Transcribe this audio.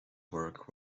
work